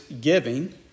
giving